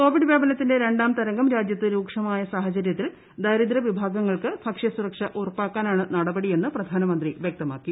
Covid വൃാപനത്തിന്റെ രണ്ടാം തരംഗം രാജ്യത്ത് രൂക്ഷമായ സാഹചര്യത്തിൽ ദരിദ്ര വിഭാഗങ്ങൾക്ക് ഭക്ഷ്യ സുരക്ഷ ഉറപ്പാക്കാനാണ് നടപടിയെന്ന് പ്രധാനമന്ത്രി വ്യക്തമാക്കി